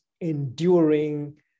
enduring